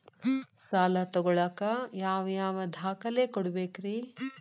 ಸಾಲ ತೊಗೋಳಾಕ್ ಯಾವ ಯಾವ ದಾಖಲೆ ಕೊಡಬೇಕ್ರಿ?